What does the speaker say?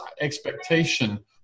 expectation